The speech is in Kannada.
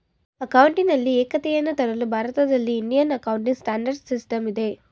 ಅಕೌಂಟಿನಲ್ಲಿ ಏಕತೆಯನ್ನು ತರಲು ಭಾರತದಲ್ಲಿ ಇಂಡಿಯನ್ ಅಕೌಂಟಿಂಗ್ ಸ್ಟ್ಯಾಂಡರ್ಡ್ ಸಿಸ್ಟಮ್ ಇದೆ